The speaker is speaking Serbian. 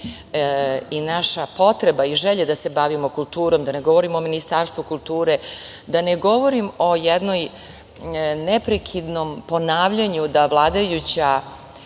i naša potreba i želja da se bavimo kulturom, da ne govorim o Ministarstvu kulture, da ne govorim o jednom neprekidnom ponavljanju da vladajuća